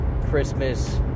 Christmas